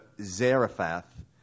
Zarephath